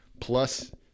plus